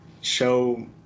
show